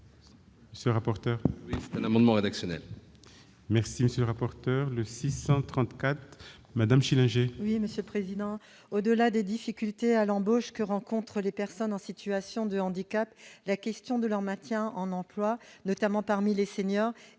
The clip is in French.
Monsieur le rapporteur,